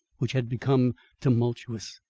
which had become tumultuous.